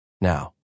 now